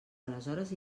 aleshores